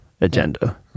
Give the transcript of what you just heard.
agenda